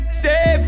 stay